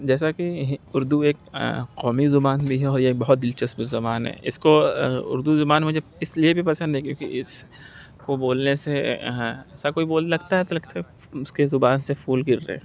جیسا کہ اردو ایک قومی زبان بھی ہے اور یہ بہت دلچسپ زبان ہے اس کو اردو زبان مجھے اس لیے بھی پسند ہے کیوںکہ اس کو بولنے سے ایسا کوئی بولنے تو لگتا ہے اس کے زبان سے پھول گر رہے ہوں